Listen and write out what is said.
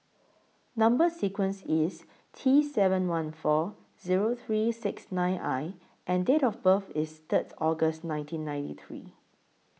Number sequence IS T seven one four Zero three six nine I and Date of birth IS Third August nineteen ninety three